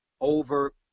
over